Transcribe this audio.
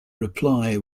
reply